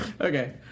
Okay